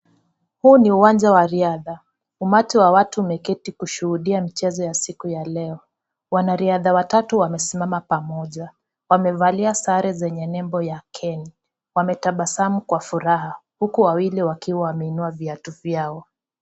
Huu ni uwanja wa riadha, umati wa watu umeketi kushuhudia mchezo wa siku ya leo. Wanariadha watatu wamesimama pamoja. Wamevalia sare zenye nembo ya Kenya, wametabasamu kwa furaha, huku wawili wakiwa wameinua viatu vyao.